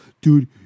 dude